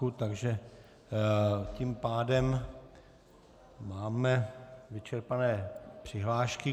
Takže tím pádem máme vyčerpané přihlášky.